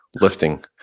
lifting